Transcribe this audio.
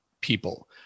people